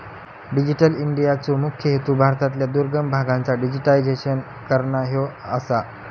digital इंडियाचो मुख्य हेतू भारतातल्या दुर्गम भागांचा डिजिटायझेशन करना ह्यो आसा